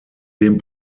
dem